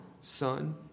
Son